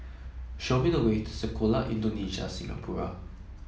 show me the way to Sekolah Indonesia Singapura